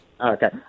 Okay